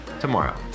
tomorrow